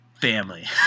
family